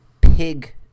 pig